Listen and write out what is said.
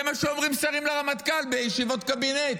זה מה שאומרים שרים לרמטכ"ל בישיבות קבינט.